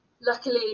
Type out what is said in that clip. Luckily